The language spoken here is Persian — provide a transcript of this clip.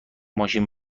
ماشین